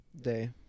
Day